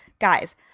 Guys